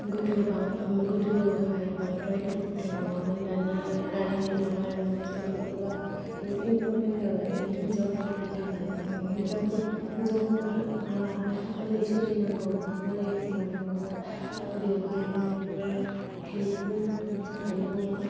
गोदोहाय बांद्राय इमफरटेन्ट नङामोन दानि दिनावहाय माने सेल्प हेल्प ग्रुपा बुहुथ इमफरटेन्ट जाबाय माने हिन्जावफोरनि थाखाय हिन्जावफोराहाय माबोरै सोलिनांगौ माबोरै मानांगौ बेवहाय माने बिरात हेल्पुल जानानै दङ